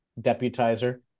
deputizer